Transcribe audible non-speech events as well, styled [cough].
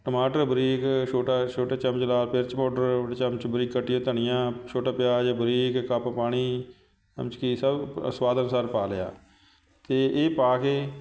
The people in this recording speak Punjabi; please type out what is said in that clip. ਟਮਾਟਰ ਬਰੀਕ ਛੋਟਾ ਛੋਟੇ ਚਮਚ ਲਾਲ ਮਿਰਚ ਪਾਊਡਰ ਬੜੇ ਚਮਚ ਬਰੀਕ ਕੱਟੀਆ ਧਨੀਆ ਛੋਟਾ ਪਿਆਜ ਬਰੀਕ ਕੱਪ ਪਾਣੀ [unintelligible] ਸਭ ਅ ਸਵਾਦ ਅਨੁਸਾਰ ਪਾ ਲਿਆ ਅਤੇ ਇਹ ਪਾ ਕੇ